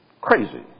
crazy